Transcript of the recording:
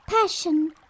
passion